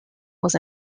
was